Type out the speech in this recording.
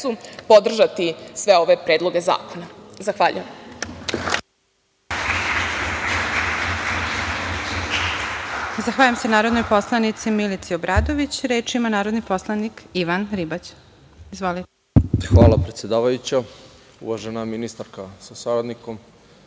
podržati sve ove predloge zakona. Zahvaljujem.